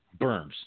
berms